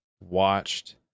watched